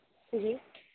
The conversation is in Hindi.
जी